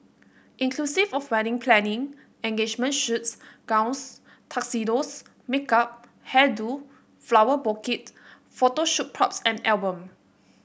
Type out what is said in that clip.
inclusive of wedding planning engagement shoots gowns tuxedos makeup hair do flower bouquet photo shoot props and album